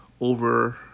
over